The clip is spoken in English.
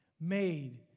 made